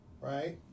right